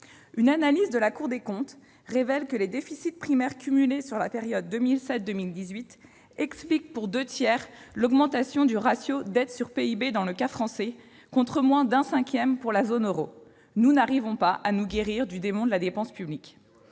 Une analyse de la Cour des comptes révèle que les déficits primaires cumulés sur la période allant de 2007 à 2018 expliquent, pour deux tiers, l'augmentation du ratio de la dette rapportée au PIB dans le cas français, contre moins d'un cinquième pour la zone euro. Nous n'arrivons pas à nous guérir du démon de la dépense publique